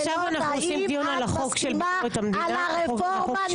"האם את מסכימה על הרפורמה?